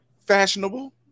Fashionable